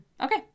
okay